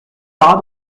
pas